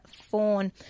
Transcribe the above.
fawn